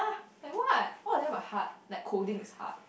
like what what about the hard like colding is hard